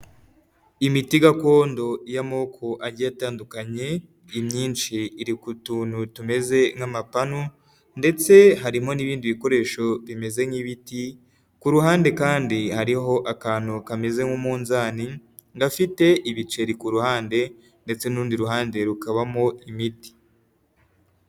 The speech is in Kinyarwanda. Imiti gakondo y'amoko agiye atandukanye, imyinshi iri ku tuntu tumeze nk'amapanu ndetse harimo n'ibindi bikoresho bimeze nk'ibiti, ku ruhande kandi hariho akantu kameze nk'umunzani gafite ibiceri ku ruhande ndetse n'urundi ruhande rukabamo imiti.